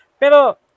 pero